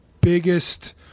biggest